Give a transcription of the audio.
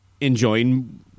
enjoying